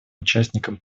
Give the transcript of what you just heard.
участником